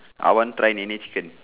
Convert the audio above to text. I want try Nene chicken